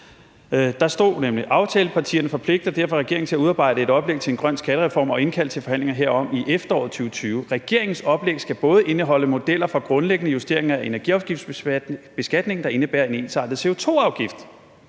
Der stod nemlig: »Aftalepartierne forpligter derfor regeringen til at udarbejde et oplæg til en grøn skattereform og indkalde til forhandlinger herom i efteråret 2020. ... Regeringens oplæg skal både indeholde modeller for grundlæggende justeringer af energiafgiftsbeskatningen, der indebærer en ensartet CO2e-afgift,